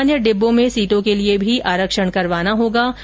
सामान्य डिब्बों में सीटों के लिए भी आरक्षण करवाना होगा